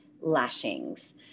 lashings